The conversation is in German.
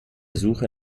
suche